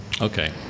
Okay